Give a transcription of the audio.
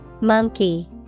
Monkey